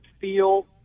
feel